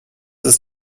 ist